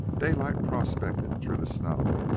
daylight prospected through the snow,